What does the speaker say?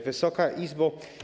Wysoka Izbo!